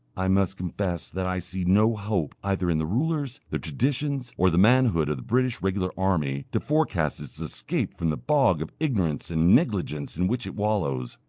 i must confess that i see no hope either in the rulers, the traditions, or the manhood of the british regular army, to forecast its escape from the bog of ignorance and negligence in which it wallows.